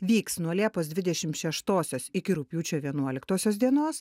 vyks nuo liepos dvidešim šeštosios iki rugpjūčio vienuoliktosios dienos